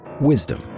wisdom